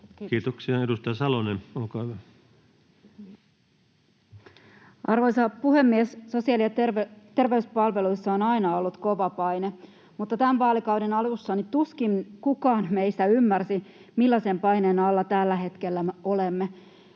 Kiitoksia. — Edustaja Salonen, olkaa hyvä. Arvoisa puhemies! Sosiaali- ja terveyspalveluissa on aina ollut kova paine, mutta tämän vaalikauden alussa tuskin kukaan meistä ymmärsi, millaisen paineen alla tällä hetkellä olemme.